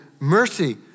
mercy